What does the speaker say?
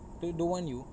don~ don't want you